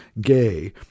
gay